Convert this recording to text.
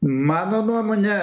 mano nuomone